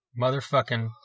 motherfucking